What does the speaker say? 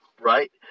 right